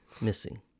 missing